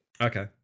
Okay